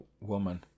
woman